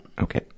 Okay